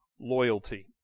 loyalty